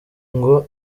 ngo